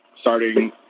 starting